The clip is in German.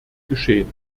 geschehen